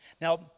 Now